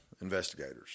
investigators